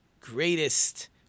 greatest